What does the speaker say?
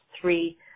three